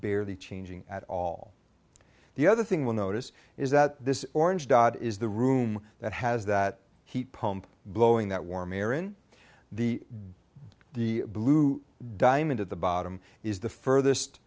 barely changing at all the other thing will notice is that this orange dot is the room that has that heat pump blowing that warm air in the the blue diamond at the bottom is the furthest